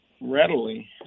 readily